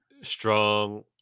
strong